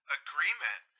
agreement